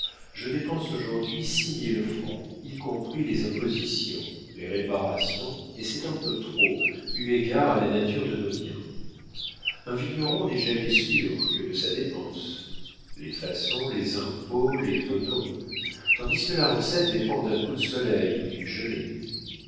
je dépense aujourd'hui six mille francs y compris les impositions les réparations et c'est un peu trop eu égard à la nature de nos biens un vigneron n'est jamais sûr que de sa dépense les façons les impôts les tonneaux tandis que la recette dépend d'un coup de soleil ou d'une gelée